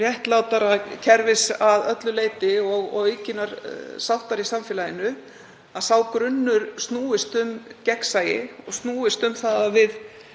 réttlátara kerfis að öllu leyti og aukinnar sáttar í samfélaginu, að sá grunnur snúist um gegnsæi og snúist um það að